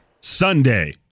Sunday